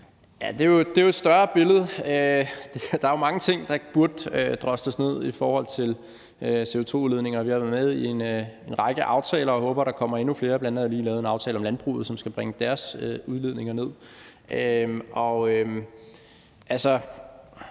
Det er jo et større billede. Der er mange ting, der burde drosles ned i forhold til CO2-udledninger. Vi har været med i en række aftaler og håber, at der kommer endnu flere. Der er bl.a. lige lavet en aftale om landbruget, som skal bringe deres udledninger ned.